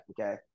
Okay